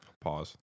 Pause